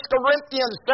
Corinthians